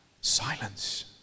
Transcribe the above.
silence